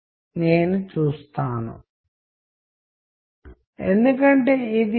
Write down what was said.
ప్రారంభంలో మనము అనేక కమ్యూనికేషన్ ఛానెల్ల గురించి మాట్లాడాము